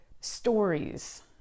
stories